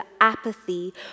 apathy